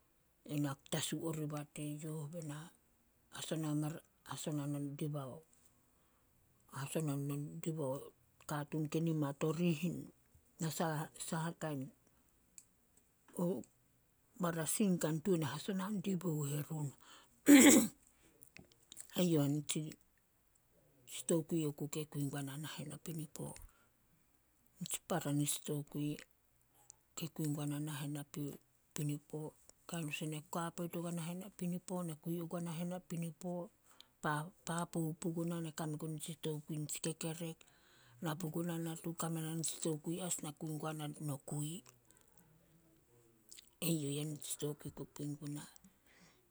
E na tasu oriba teyouh be na hasona katuun ke nimat orih saha kain o marasin ke tuan hasona dibouh erun. Eyouh anitsi, tsitokui oku ke kui guana nahen napinippo. Tsi para nitsi tokui, ke kui guana nahen na pinipo. Kain son ne ka poit ogua nahen napinipo, pa- papou puguna na kame gun nitsi tokui nitsi kekerek, na puguna natu, na kame na nitsi tokui as na kui guana nokui. Eyouh ya nitsi tokui ke kukui guna.